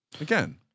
Again